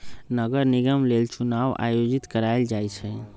नगर निगम लेल चुनाओ आयोजित करायल जाइ छइ